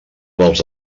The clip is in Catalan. dels